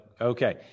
okay